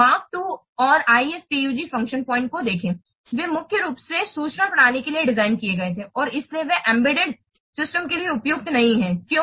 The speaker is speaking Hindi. मार्क II और IFPUG फ़ंक्शन पॉइंट को देखें वे मुख्य रूप से सूचना प्रणालियों के लिए डिज़ाइन किए गए थे और इसलिए वे एम्बेडेड सिस्टम के लिए उपयुक्त नहीं हैं क्यों